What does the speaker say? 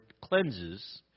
cleanses